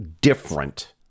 different